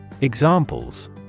Examples